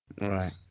Right